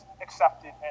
accepted